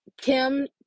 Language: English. Kim